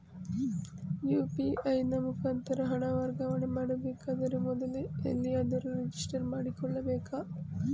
UPI ನ ಮುಖಾಂತರ ಹಣ ವರ್ಗಾವಣೆ ಮಾಡಬೇಕಾದರೆ ಮೊದಲೇ ಎಲ್ಲಿಯಾದರೂ ರಿಜಿಸ್ಟರ್ ಮಾಡಿಕೊಳ್ಳಬೇಕಾ?